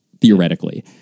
theoretically